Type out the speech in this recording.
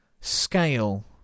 scale